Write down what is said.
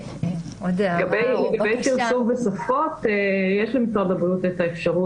לגבי פרסום בשפות, יש למשרד הבריאות את האפשרות.